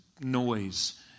noise